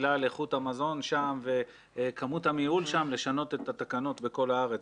בגלל איכות המזון שם וכמות המיהול שם לשנות את התקנות בכל הארץ.